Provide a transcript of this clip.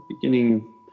Beginning